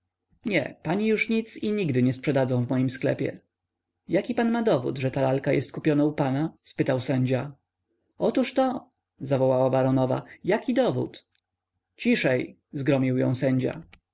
nie pani już nic i nigdy nie sprzedadzą w moim sklepie jaki pan ma dowód że ta lalka jest kupiona u pana spytał sędzia otóżto zawołała baronowa jaki dowód ciszej zgromił ją sędzia